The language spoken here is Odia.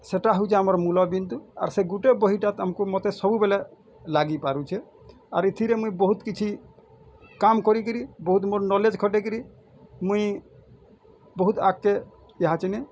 ସେଇଟା ହଉଛେ ଆମର୍ ମୂଳ ବିନ୍ଦୁ ଆର୍ ସେ ଗୁଟେ ବହିଟା ତାଙ୍କୁ ମୋତେ ସବୁବେଲେ ଲାଗିପାରୁଛେ ଆର୍ ଏଥିରେ ବହୁତ କିଛି କାମ୍ କରିକିରି ବହୁତ ମୋ ନଲେଜ୍ ଖଟାଇକିରି ମୁଇଁ ବହୁତ ଆଗକେ ଇହାଚିନେ